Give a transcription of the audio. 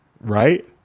right